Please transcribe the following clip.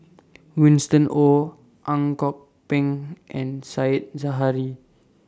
Winston Oh Ang Kok Peng and Said Zahari